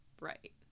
Right